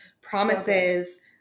promises